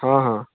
हँ हँ